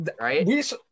right